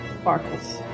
sparkles